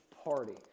party